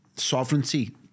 sovereignty